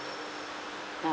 ah